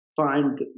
find